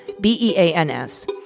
b-e-a-n-s